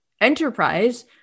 enterprise